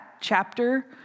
chapter